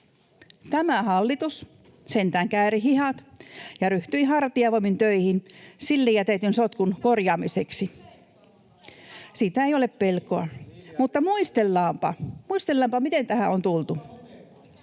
Tämä hallitus sentään kääri hihat ja ryhtyi hartiavoimin töihin sille jätetyn sotkun korjaamiseksi. [Vasemmalta: Leikkaamalla!] Siitä ei ole pelkoa. Mutta muistellaanpa, miten tähän on tultu.